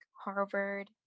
Harvard